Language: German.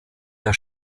der